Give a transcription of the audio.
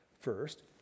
First